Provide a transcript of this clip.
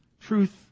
truth